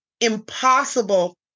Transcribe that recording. impossible